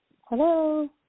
Hello